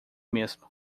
mesmo